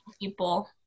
people